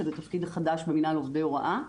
שזה תפקיד חדש במינהל עובדי הוראה.